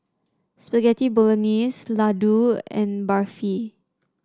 Spaghetti Bolognese Ladoo and Barfi